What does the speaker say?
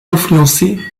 influencé